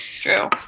True